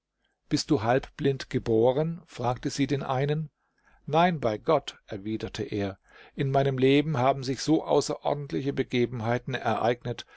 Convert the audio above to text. bist du halbblind geboren fragte sie den einen nein bei gott erwiderte er in meinem leben haben sich so außerordentliche begebenheiten ereignet